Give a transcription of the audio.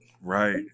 Right